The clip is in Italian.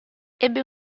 ebbe